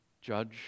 Judge